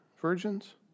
virgins